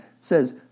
says